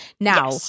Now